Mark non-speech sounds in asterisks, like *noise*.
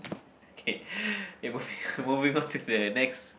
K *breath* K moving on moving onto the next